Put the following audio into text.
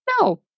no